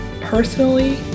personally